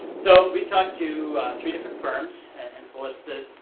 so we talked to three different firms, and so, listed,